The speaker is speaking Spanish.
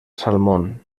salmón